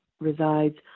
resides